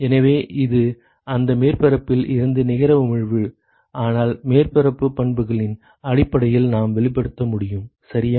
எனவே இது அந்த மேற்பரப்பில் இருந்து நிகர உமிழ்வு ஆனால் மேற்பரப்பு பண்புகளின் அடிப்படையில் நாம் வெளிப்படுத்த முடியும் சரியா